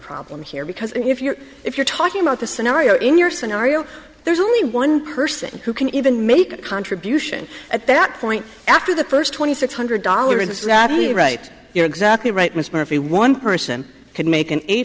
problem here because if you're if you're talking about the scenario in your scenario there's only one person who can even make a contribution at that point after the first twenty six hundred dollars this is not only right you're exactly right miss murphy one person could make an eight